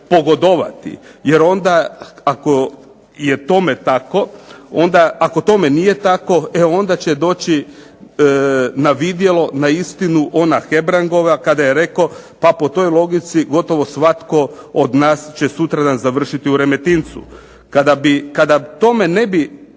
pogodovati jer onda ako je tome nije tako e onda će doći na vidjelo, na istinu ona Hebrangova kada je rekao pa po toj logici gotovo svatko od nas će sutradan završiti u Remetincu. Kad bi tome bilo